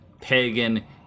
pagan